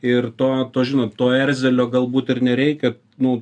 ir to to žinot to erzelio galbūt ir nereikia nu